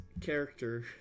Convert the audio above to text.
character